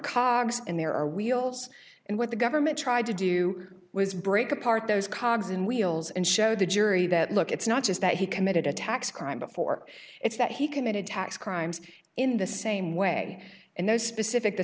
cards and there are wheels and what the government tried to do was break apart those cars and wheels and show the jury that look it's not just that he committed a tax crime before it's that he committed tax crimes in the same way and those specific the